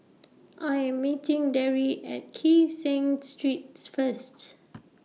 I Am meeting Darry At Kee Seng Streets First